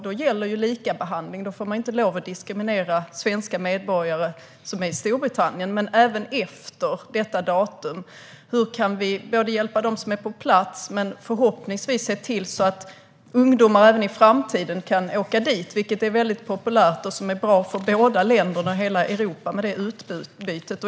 Då gäller likabehandling, och man får inte lov att diskriminera svenska medborgare som befinner sig i Storbritannien. Men det gäller även efter detta datum. Hur kan vi hjälpa dem som är på plats och förhoppningsvis också se till att ungdomar även i framtiden kan åka dit? Det är väldigt populärt, och detta utbyte är bra för båda länderna och för hela Europa.